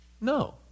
No